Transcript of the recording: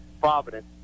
Providence